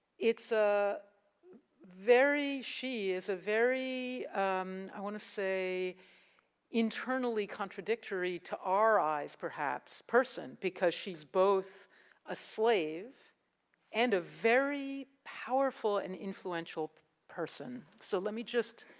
it's a very, she is a very i wanna say internally contradictory to our eyes, perhaps, person because she's both a slave and very powerful and influential person. so, let me just.